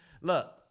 Look